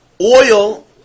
Oil